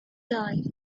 die